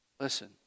listen